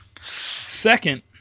second –